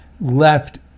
left